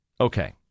Okay